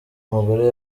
mugore